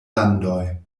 landoj